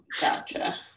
gotcha